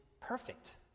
perfect